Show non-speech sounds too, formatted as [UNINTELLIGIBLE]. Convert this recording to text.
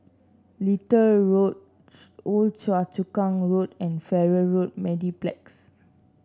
Little Road Old [UNINTELLIGIBLE] Choa Chu Kang Road and Farrer Road Mediplex